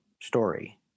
story